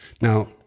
Now